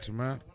man